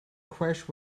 crash